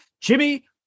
Jimmy